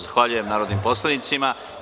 Zahvaljujem narodnim poslanicima.